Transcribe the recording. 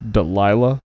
Delilah